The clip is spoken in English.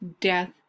death